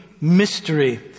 Mystery